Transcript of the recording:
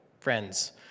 friends